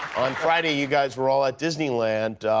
on friday you guys were all at disneyland.